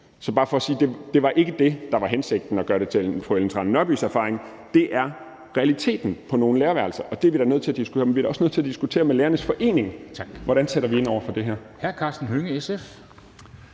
er bare for at sige, at det ikke var hensigten at gøre det til fru Ellen Trane Nørbys erfaring. Det er realiteten på nogle lærerværelser, og det er vi da nødt til at diskutere, men vi er også nødt til at diskutere med lærernes forening, hvordan vi sætter ind over for det her.